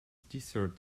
dessert